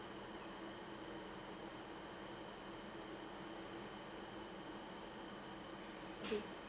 okay